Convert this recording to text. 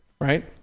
right